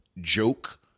joke